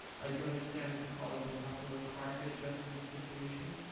i do understand that the college will have to work hard to adjust to the situation,